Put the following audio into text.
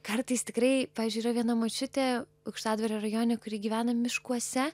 kartais tikrai pavysdžiui yra viena močiutė aukštadvario rajone kuri gyvena miškuose